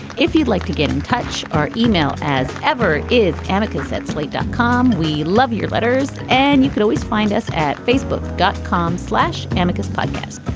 if you'd like to get in touch, our email, as ever, is and annika's so at slate dot com. we love your letters and you can always find us at facebook. gutt com slash tamika's podcast.